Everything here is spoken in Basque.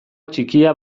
txikia